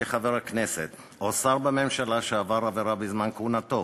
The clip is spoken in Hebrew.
כי חבר הכנסת או שר בממשלה שעבר עבירה בזמן כהונתו